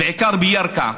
ובעיקר בירכא,